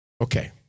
Okay